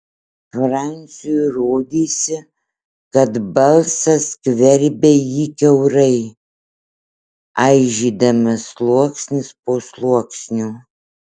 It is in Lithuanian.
franciui rodėsi kad balsas skverbia jį kiaurai aižydamas sluoksnis po sluoksnio